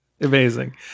Amazing